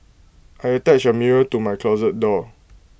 I attached A mirror to my closet door